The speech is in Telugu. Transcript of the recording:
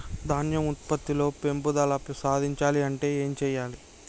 ధాన్యం ఉత్పత్తి లో పెంపుదల సాధించాలి అంటే ఏం చెయ్యాలి?